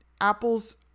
apples